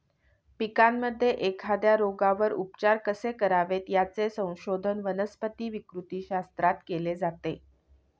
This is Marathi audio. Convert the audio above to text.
पिकांमध्ये एखाद्या रोगावर उपचार कसे करावेत, याचे संशोधन वनस्पती विकृतीशास्त्रात केले जाते